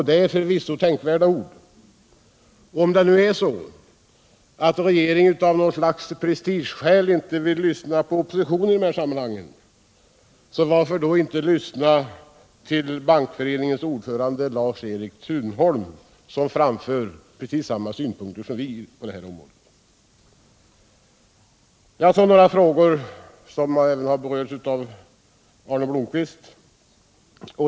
Det är förvisso tänkvärda ord, och man kan onekligen fråga sig: Om nu regeringen av prestigeskäl inte vill lyssna till oppositionen i dessa allvarstider, varför skall den då inte åtminstone kunna lyssna till Bankföreningens ordförande Lars Erik Thunholm, som framför precis samma synpunkter som vi? Så till några frågor som har berörts av Arne Blomkvist.